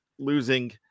Losing